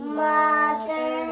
mother